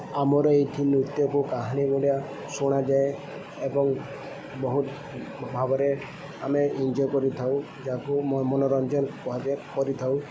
ଆମର ଏଇଠି ନୃତ୍ୟକୁ କାହାଣୀ ଭଳିଆ ଶୁଣାଯାଏ ଏବଂ ବହୁତ ଭାବରେ ଆମେ ଇଞ୍ଜଏ କରିଥାଉ ଯାହାକୁ ମନୋରଞ୍ଜନ କୁହାଯାଏ କରିଥାଉ